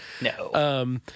No